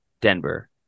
Denver